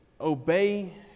obey